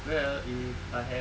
well if I have